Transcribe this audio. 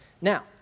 Now